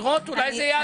לראות אולי זה יעזור?